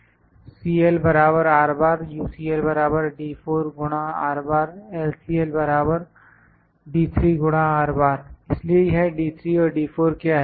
CL UCL LCL इसलिए यह D3 और D4 क्या है